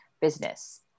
business